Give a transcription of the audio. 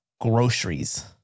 groceries